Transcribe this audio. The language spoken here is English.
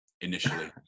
initially